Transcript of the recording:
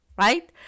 right